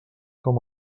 com